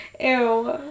Ew